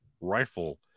rifle